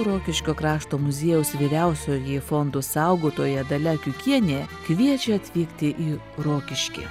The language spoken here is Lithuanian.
rokiškio krašto muziejaus vyriausioji fondų saugotoja dalia kiukienė kviečia atvykti į rokiškį